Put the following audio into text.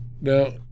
Now